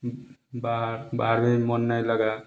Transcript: बाहर बाहर में भी मन नहीं लगा